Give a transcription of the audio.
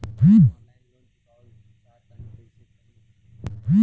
हम online loan चुकावल चाहऽ तनि कइसे होई तनि बताई?